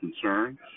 concerns